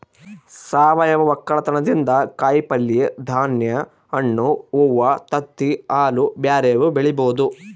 ಸಾವಯವ ವಕ್ಕಲತನದಿಂದ ಕಾಯಿಪಲ್ಯೆ, ಧಾನ್ಯ, ಹಣ್ಣು, ಹೂವ್ವ, ತತ್ತಿ, ಹಾಲು ಬ್ಯೆರೆವು ಬೆಳಿಬೊದು